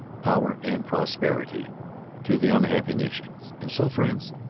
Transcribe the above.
power, and prosperity to the unhappy nations and so, friends,